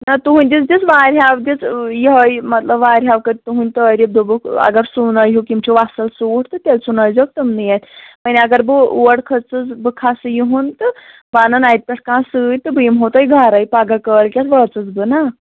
نہ تُہٕنٛدِس دِژ واریاہو دِژ یِہوٚے مطلب واریاہو کٔرۍ تُہٕنٛدۍ تٲریٖف دوٚپُکھ اگر سُوۍنٲیہُکھ یِم چھِو اَصٕل سوٗٹ تہٕ تیٚلہِ سُوۍنٲیزیوکھ تِمنٕے اَتھِ وۄنۍ اگر بہٕ اور کھٔژٕس بہٕ کھَسہٕ یِہُنٛد تہٕ بہٕ اَنَن اَتہِ پٮ۪ٹھ کانٛہہ سۭتۍ تہٕ بہٕ یِمہو تۄہہِ گَرَے پگاہ کٲلۍکٮ۪تھ وٲژٕس بہٕ نا